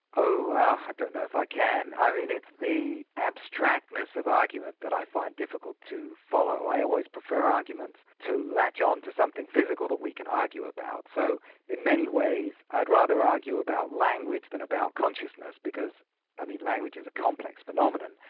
oh, i don't know if i can. i mean it's the abstractness of argument that i find difficult to follow. i always prefer argument to latch on to something physical that we can argue about, so in many ways, i'd rather argue about language than about consciousness, because language is a complex phenomenon,